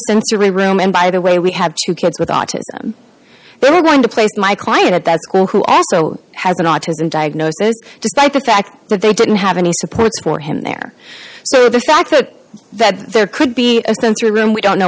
sensory room and by the way we had two kids with autism they were going to place my client at that school who also has an autism diagnosis despite the fact that they didn't have any supports for him there so the fact that there could be a sensory room we don't know